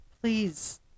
Please